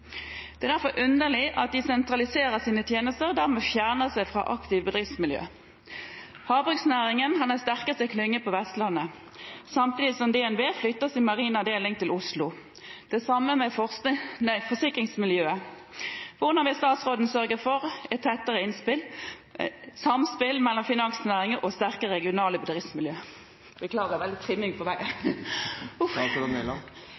Det er derfor underlig at de sentraliserer sine tjenester og dermed fjerner seg fra aktive bedriftsmiljø. Havbruksnæringen har den sterkeste klyngen på Vestlandet, samtidig som DNB flytter sin marine avdeling til Oslo. Det samme med forsikringsmiljø. Hvordan vil statsråden sørge for et tettere samspill mellom finansnæringen og sterke regionale bedriftsmiljø?» Velfungerende kapitalmarkeder er